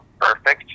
perfect